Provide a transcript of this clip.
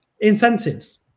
Incentives